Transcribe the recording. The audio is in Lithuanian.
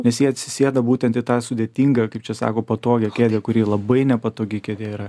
nes jie atsisėda būtent į tą sudėtingą kaip čia sako patogią kėdę kuri labai nepatogi kėdė yra